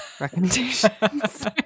recommendations